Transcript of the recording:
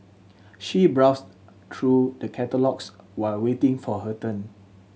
she browsed through a catalogues while waiting for her turn